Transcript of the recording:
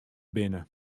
binne